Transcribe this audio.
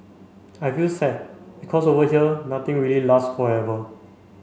I feel sad because over here nothing really lasts forever